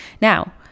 Now